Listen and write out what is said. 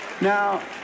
Now